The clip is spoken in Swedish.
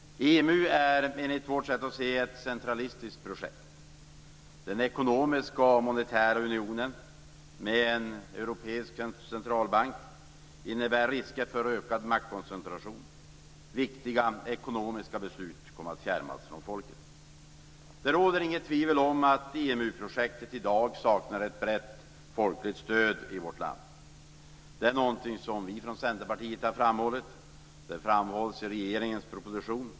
EMU är enligt vårt sätt att se ett centralistiskt projekt. Den ekonomiska och monetära unionen, med en europeisk centralbank, innebär risker för ökad maktkoncentration. Viktiga ekonomiska beslut kommer att fjärmas från folket. Det råder inget tvivel om att EMU-projektet i dag saknar ett brett folkligt stöd i vårt land. Det är något som vi från Centerpartiet har framhållit. Det har framhållits i regeringens proposition.